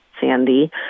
Sandy